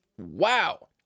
wow